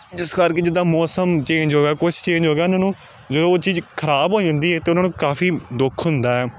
ਇਸ ਕਰਕੇ ਜਿੱਦਾਂ ਮੌਸਮ ਚੇਂਜ ਹੋ ਗਿਆ ਕੁਛ ਚੇਂਜ ਹੋ ਗਿਆ ਉਹਨਾਂ ਨੂੰ ਜਦੋਂ ਉਹ ਚੀਜ਼ ਖਰਾਬ ਹੋ ਜਾਂਦੀ ਹੈ ਤਾਂ ਉਹਨਾਂ ਨੂੰ ਕਾਫੀ ਦੁੱਖ ਹੁੰਦਾ ਹੈ